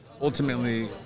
ultimately